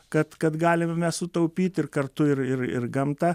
kad kad galime mes sutaupyt ir kartu ir ir ir gamtą